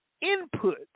input